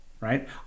Right